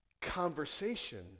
conversation